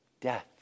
death